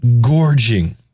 gorging